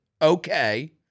okay